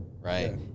right